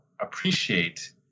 appreciate